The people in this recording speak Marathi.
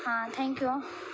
हां थँक यू